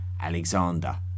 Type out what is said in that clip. Alexander